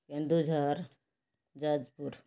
Keonjhar Jajpur